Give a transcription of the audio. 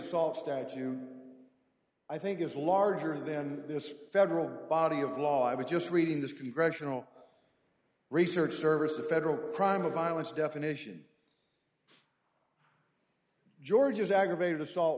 assault statue i think is larger than this federal body of law i was just reading the few precious research service a federal crime of violence definition georgia's aggravated assault